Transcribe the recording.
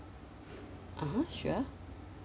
(uh huh) sure